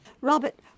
Robert